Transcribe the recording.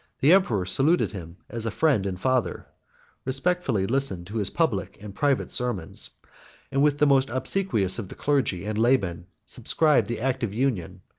the emperor saluted him as a friend and father respectfully listened to his public and private sermons and with the most obsequious of the clergy and laymen subscribed the act of union,